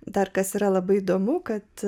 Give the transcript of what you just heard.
dar kas yra labai įdomu kad